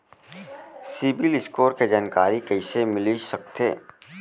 CIBIL score के जानकारी कइसे मिलिस सकथे?